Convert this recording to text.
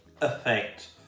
effect